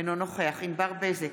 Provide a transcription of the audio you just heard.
אינו נוכח ענבר בזק,